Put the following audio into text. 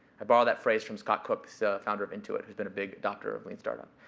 i borrow that phrase from scott cooks, founder of intuit, who's been a big doctor of lean startup.